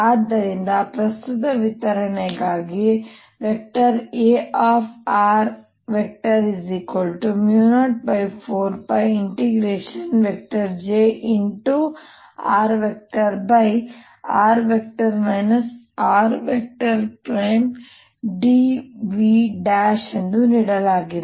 ಆದ್ದರಿಂದ ಪ್ರಸ್ತುತ ವಿತರಣೆಗಾಗಿ Ar04πjr|r r|dV ಎಂದು ನೀಡಲಾಗಿದೆ